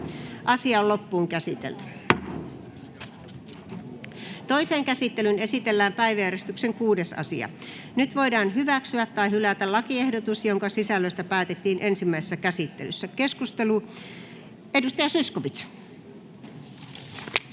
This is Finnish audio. Time: N/A Content: Toiseen käsittelyyn esitellään päiväjärjestyksen 7. asia. Nyt voidaan hyväksyä tai hylätä lakiehdotukset, joiden sisällöstä päätettiin ensimmäisessä käsittelyssä. — Keskustelu, edustaja Kvarnström.